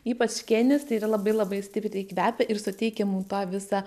ypač kėnis tai yra labai labai stipriai kvepia ir suteikia mum tą visą